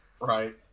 Right